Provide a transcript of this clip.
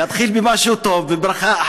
להתחיל במשהו טוב, בברכה.